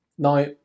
Now